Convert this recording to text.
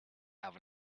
have